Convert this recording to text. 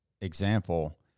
example